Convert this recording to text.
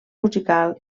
musical